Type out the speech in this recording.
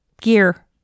gear